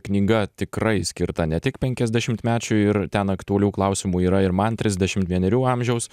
knyga tikrai skirta ne tik penkiasdešimtmečiui ir ten aktualių klausimų yra ir man trisdešim vienerių amžiaus